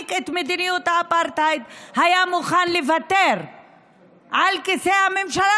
ולהעמיק את מדיניות האפרטהייד הוא היה מוכן לוותר על כיסא הממשלה,